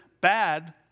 bad